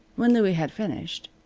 when louie had finished